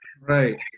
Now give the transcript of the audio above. Right